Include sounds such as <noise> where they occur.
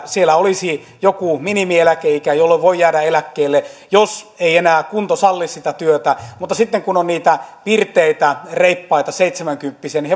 siellä olisi jokin minimieläkeikä jolloin voi jäädä eläkkeelle jos ei enää kunto salli sitä työtä mutta sitten kun on niitä pirteitä reippaita seitsemänkymppisiä niin <unintelligible>